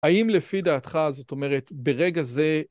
האם לפי דעתך, זאת אומרת, ברגע זה...